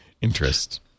interest